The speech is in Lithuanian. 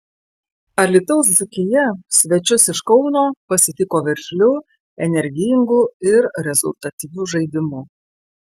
alytaus dzūkija svečius iš kauno pasitiko veržliu energingu ir rezultatyviu žaidimu